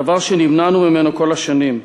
דבר שנמנענו ממנו כל השנים.